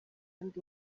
ndi